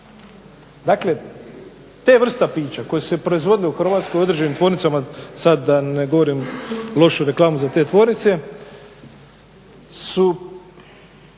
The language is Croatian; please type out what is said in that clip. Dakle te vrste piće koje su se proizvodile u Hrvatskoj u određenim tvornicama, sad da ne govorim lošu reklamu za te tvornice, su